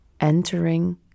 entering